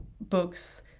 books